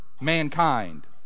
mankind